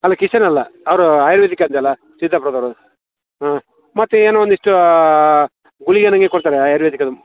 ಅಲ್ಲ ಕಿಶನ್ ಅಲ್ಲ ಅವರು ಆಯುರ್ವೇದಿಕ್ ಅಂದೆನಲ್ಲ ಸಿದ್ದಾಪುರದವರು ಹಾಂ ಮತ್ತು ಏನೋ ಒಂದಿಷ್ಟು ಗುಳಿಗೆ ನಮಗೆ ಕೊಡ್ತಾರೆ ಆಯುರ್ವೇದಿಕದು